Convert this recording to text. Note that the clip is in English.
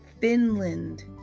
Finland